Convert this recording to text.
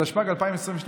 התשפ"ג 2022,